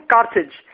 Carthage